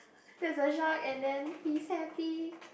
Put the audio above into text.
there's a shark and then he's happy